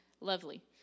lovely